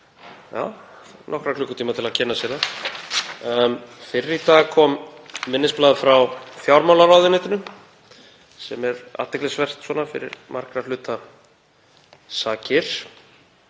nokkra klukkutíma til að kynna sér það. Í dag kom minnisblað frá fjármálaráðuneytinu sem er athyglisvert fyrir margra hluta sakir